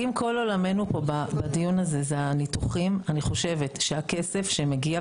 אם כל עולמנו פה בדיון הזה זה הניתוחים אני חושבת שהכסף שמגיע,